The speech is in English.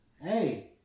Hey